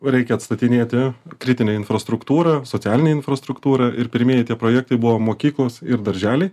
reikia atstatinėti kritinę infrastruktūrą socialinę infrastruktūrą ir pirmieji tie projektai buvo mokyklos ir darželiai